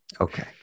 Okay